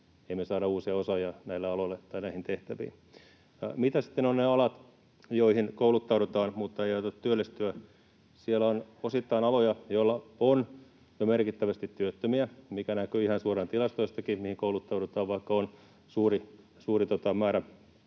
me ei saada uusia osaajia näille aloille tai näihin tehtäviin. Mitä sitten ovat ne alat, joille kouluttaudutaan mutta ei aiota työllistyä? Siellä on osittain aloja, joilla on jo merkittävästi työttömiä, mikä näkyy ihan suoraan tilastoistakin. Niihin kouluttaudutaan, vaikka on jo suuri määrä